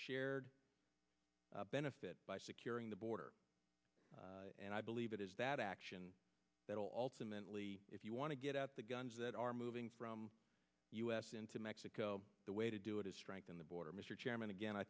shared benefit by securing the border and i believe it is that action that will ultimately if you want to get at the guns that are moving from us into mexico the way to do it is strengthen the border mr chairman again i